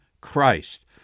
Christ